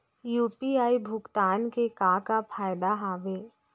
UPI भुगतान के का का फायदा हावे?